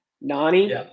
Nani